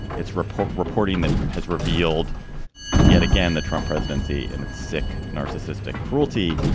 its report reporting that has revealed yet again the trump presidency and its sick, narcissistic cruelty.